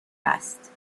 است